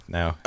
now